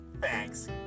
Thanks